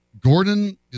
Gordon